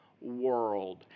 world